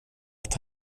att